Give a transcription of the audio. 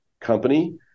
company